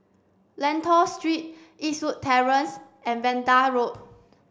Lentor Street Eastwood Terrace and Vanda Road